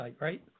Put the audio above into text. right